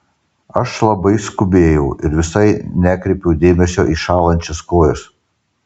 aš labai skubėjau ir visai nekreipiau dėmesio į šąlančias kojas